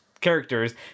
characters